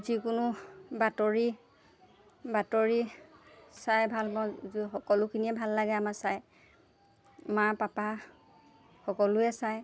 যিকোনো বাতৰি বাতৰি চাই ভাল মই সকলোখিনিয়ে ভাল লাগে আমাৰ চাই মা পাপা সকলোৱে চায়